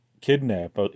kidnap